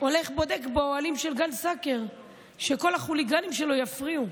הולך ובודק באוהלים של גן סאקר שכל החוליגנים שלו יפריעו.